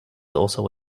also